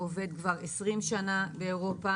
הוא עובד כבר 20 שנה באירופה.